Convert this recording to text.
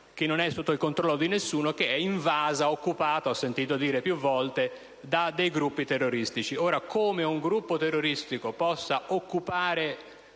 che non è sotto il controllo di nessuno e che è invasa - ho sentito dire più volte "occupata" - da gruppi terroristici. Ora, come un gruppo terroristico possa occupare